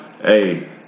Hey